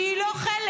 שהיא לא חלק,